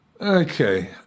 Okay